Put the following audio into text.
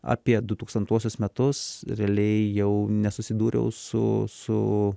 apie du tūkstantuosius metus realiai jau nesusidūriau su su